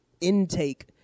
intake